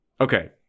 Okay